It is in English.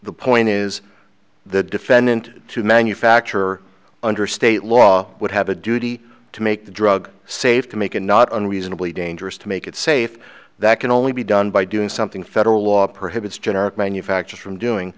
the point is the defendant to manufacturer under state law would have a duty to make the drug safe to make and not unreasonably dangerous to make it safe that can only be done by doing something federal law prohibits generic manufacturers from doing